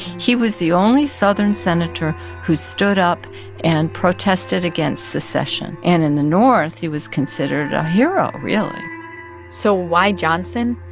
he was the only southern senator who stood up and protested against secession. and in the north, he was considered a hero, really so why johnson?